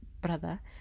brother